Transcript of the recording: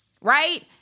Right